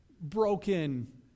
broken